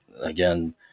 again